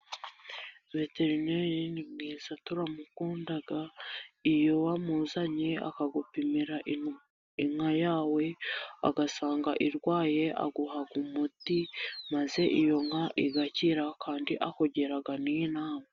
Veterineri ni mwiza turamukunda, iyo wamuzanye akagupimira inka yawe agasanga irwaye, aguha umuti maze iyo nka igakira kandi akugeraga n'inama.